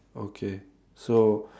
okay so